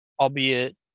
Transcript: albeit